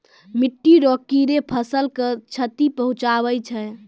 मिट्टी रो कीड़े फसल के क्षति पहुंचाबै छै